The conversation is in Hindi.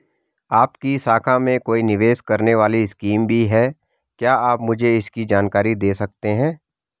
आपकी शाखा में कोई निवेश करने वाली स्कीम भी है क्या आप मुझे इसकी जानकारी दें सकते हैं?